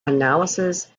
analyses